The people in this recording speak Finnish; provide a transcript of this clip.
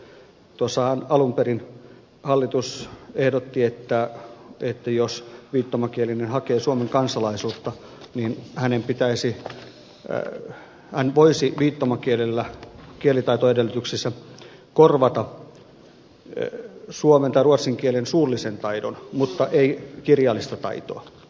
tuossahan alun perin hallitus ehdotti että jos viittomakielinen hakee suomen kansalaisuutta niin hän voisi viittomakielellä kielitaitoedellytyksissä korvata suomen tai ruotsin kielen suullisen taidon mutta ei kirjallista taitoa